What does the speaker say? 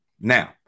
Now